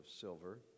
silver